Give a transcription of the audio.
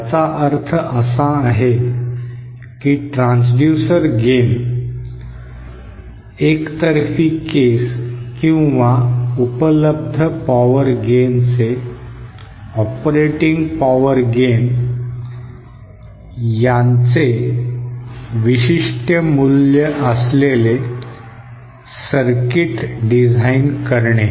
याचा अर्थ असा आहे की ट्रान्सड्यूसर गेन एकतर्फी केस किंवा उपलब्ध पॉवर गेनचे ऑपरेटिंग पॉवर गेन यांचे विशिष्ट मूल्य असलेले सर्किट डिझाइन करणे